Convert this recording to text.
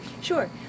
Sure